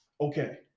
okay